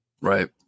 Right